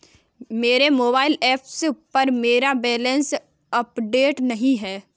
मेरे mobile app पर मेरा बैलेंस अपडेट नहीं है